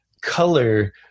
color